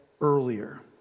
earlier